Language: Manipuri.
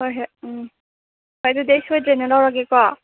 ꯍꯣꯏ ꯍꯣꯏ ꯎꯝ ꯍꯣꯏ ꯑꯗꯨꯗꯤ ꯑꯩ ꯁꯣꯏꯗ꯭ꯔꯦꯅ ꯂꯧꯔꯒꯦꯀꯣ